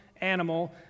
animal